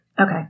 Okay